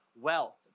wealth